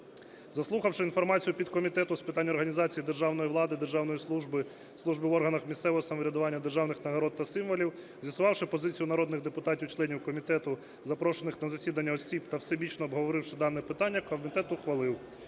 Заслухавши інформацію підкомітету з питань організації державної влади, державної служби, служби в органах місцевого самоврядування, державних нагород та символів, з'ясувавши позицію народних депутатів членів комітету, запрошених на засідання осіб та всебічно обговоривши дане питання, комітет ухвалив